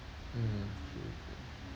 mm true true